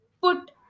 put